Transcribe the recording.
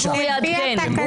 23,541 עד 23,560. מי בעד?